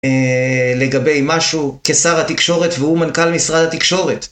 לגבי משהו כשר התקשורת והוא מנכל משרד התקשורת.